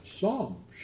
Psalm